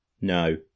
No